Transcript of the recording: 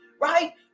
Right